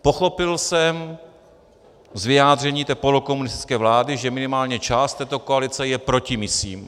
Pochopil jsem z vyjádření té polokomunistické vlády, že minimálně část této koalice je proti misím.